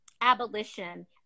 abolition